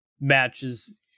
matches